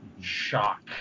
shock